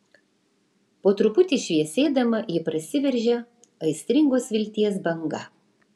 po truputį šviesėdama ji prasiveržia aistringos vilties banga